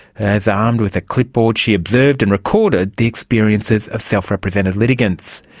as, armed with a clipboard, she observed and recorded the experiences of self-represented litigants.